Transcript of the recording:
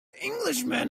englishman